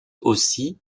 aussi